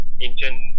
ancient